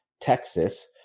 Texas